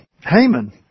Haman